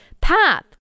path